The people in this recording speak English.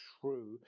true